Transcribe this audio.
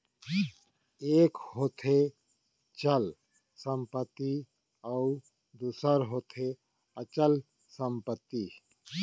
एक होथे चल संपत्ति अउ दूसर होथे अचल संपत्ति